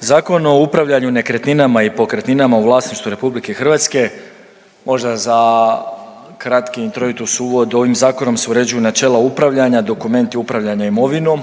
Zakon o upravljanju nekretninama i pokretninama u vlasništvu RH, možda za kratki introitus uvod, ovim zakonom se uređuju načela upravljanja, dokumenti upravljanja imovinom